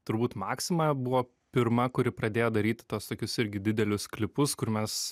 turbūt maksima buvo pirma kuri pradėjo daryti tuos tokius irgi didelius klipus kur mes